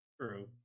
True